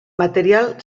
material